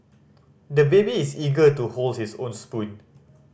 the baby is eager to hold his own spoon